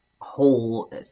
whole